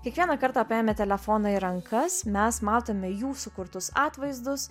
kiekvieną kartą paėmę telefoną į rankas mes matome jų sukurtus atvaizdus